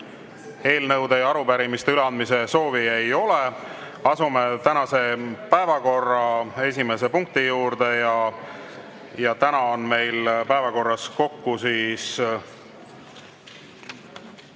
Eelnõude ja arupärimiste üleandmise soovi ei ole. Asume tänase päevakorra esimese punkti juurde. Täna on meil päevakorras kokku kaheksa